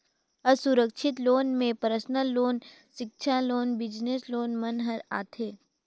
असुरक्छित लोन में personal loan, सिक्छा लोन, बिजनेस लोन मन हर आथे